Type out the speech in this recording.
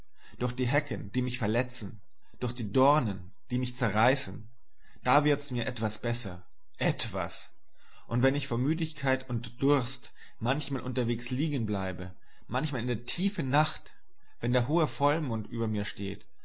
durch die hecken die mich verletzen durch die dornen die mich zerreißen da wird mir's etwas besser etwas und wenn ich vor müdigkeit und durst manchmal unterwegs liegen bleibe manchmal in der tiefen nacht wenn der hohe vollmond über mir steht